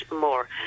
more